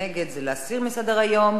נגד זה להסיר מסדר-היום,